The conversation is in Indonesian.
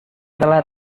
telat